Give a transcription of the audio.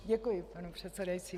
Děkuji, pane předsedající.